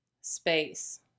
space